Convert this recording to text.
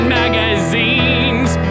magazines